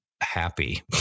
happy